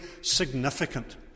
significant